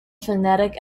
phonetic